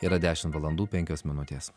yra dešim valandų penkios minutės